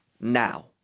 now